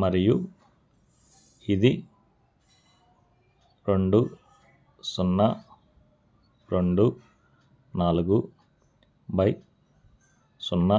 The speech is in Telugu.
మరియు ఇది రెండు సున్నా రెండు నాలుగు బై సున్నా